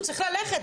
הוא צריך ללכת,